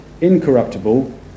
incorruptible